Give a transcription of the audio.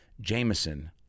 Jameson